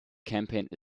campaign